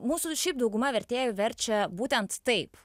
mūsų šiaip dauguma vertėjų verčia būtent taip